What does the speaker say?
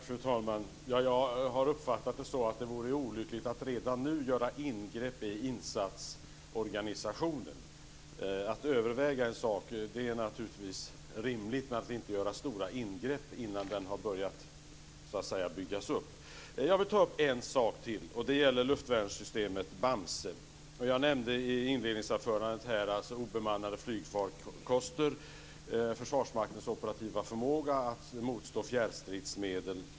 Fru talman! Jag har uppfattat det så att det vore olyckligt att redan nu göra ingrepp i insatsorganisationen. Man kan överväga en sak, men det är rimligt att inte göra stora ingrepp innan den har börjat byggas upp. Jag vill ta upp en sak till, och det gäller luftvärnssystemet Bamse. Jag nämnde i mitt inledningsanförande obemannade flygfarkoster och Försvarsmaktens operativa förmåga att motstå fjärrstridsmedel.